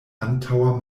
antaŭa